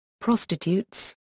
prostitutes